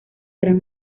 gran